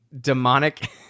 demonic